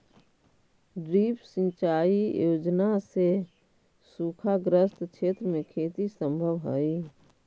drip सिंचाई योजना से सूखाग्रस्त क्षेत्र में खेती सम्भव हइ